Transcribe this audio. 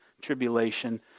tribulation